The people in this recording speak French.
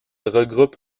regroupe